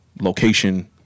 location